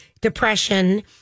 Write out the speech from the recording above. depression